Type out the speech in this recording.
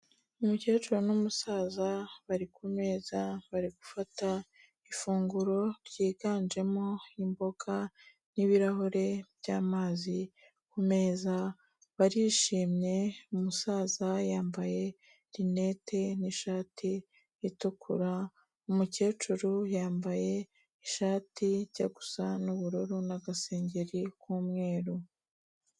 Umukecuru n'umusaza bari ku meza bari gufata ifunguro ryiganjemo imboga n'ibirahure by'amazi ku meza, barishimye, umusaza yambaye rinete n'ishati itukura, umukecuru yambaye ishati ijya gusa n'ubururu n'agasengeri k'umweru.